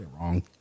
wrong